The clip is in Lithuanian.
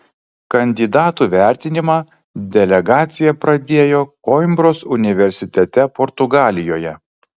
kandidatų vertinimą delegacija pradėjo koimbros universitete portugalijoje